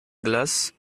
glace